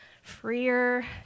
freer